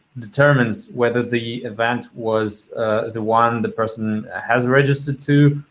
determines whether the event was the one the person has registered to,